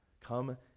Come